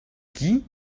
qui